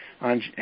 on